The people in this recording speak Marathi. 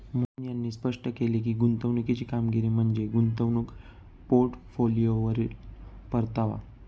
मोहन यांनी स्पष्ट केले की, गुंतवणुकीची कामगिरी म्हणजे गुंतवणूक पोर्टफोलिओवरील परतावा